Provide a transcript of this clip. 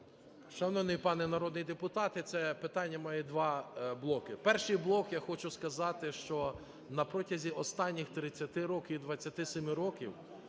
Шановний пане народний депутат, це питання має два блоки. Перший блок, я хочу сказати, що протягом останніх 30 років, 27 років